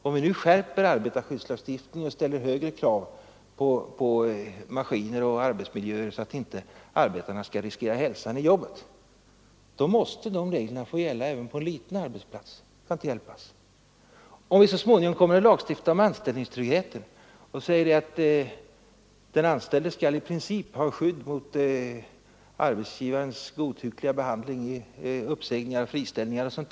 Om vi skärper arbetarskyddslagstiftningen och ställer högre krav på maskiner och arbetsmiljö så att inte arbetarna skall behöva riskera hälsan i jobbet måste de reglerna få gälla även på en liten arbetsplats. Det kan inte hjälpas. Om vi så småningom kommer att lagstifta om anställningstryggheten och bestämmer att den anställde i princip skall ha skydd mot arbetsgivarens godtyckliga behandling när det gäller uppsägningar, friställningar etc.